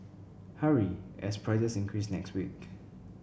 hurry as prices increase next week